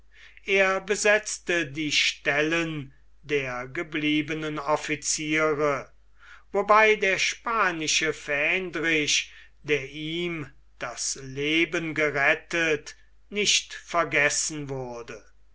er besetzte die stellen der gebliebenen offiziere wobei der spanische fähndrich der ihm das leben gerettet nicht vergessen wurde